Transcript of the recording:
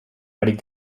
mèrit